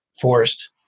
forced